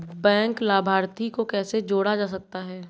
Bank लाभार्थी को कैसे जोड़ा जा सकता है?